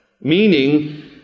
meaning